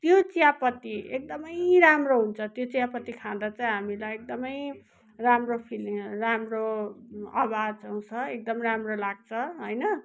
त्यो चियापत्ती एकदमै राम्रो हुन्छ त्यो चियापत्ती खाँदा चाहिँ हामीलाई एकदमै राम्रो फिलङ राम्रो आवाज आउँछ एकदम राम्रो लाग्छ होइन